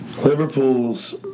Liverpool's –